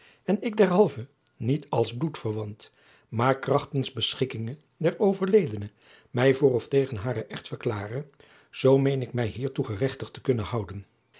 en ik derhalve niet als bloedverwant maar krachtens beschikkinge der overledene mij voor of tegen haren echt verklare zoo meen ik mij hiertoe gerechtigd te kunnen houden